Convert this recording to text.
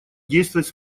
действовать